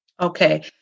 Okay